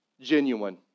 genuine